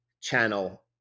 channel